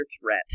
threat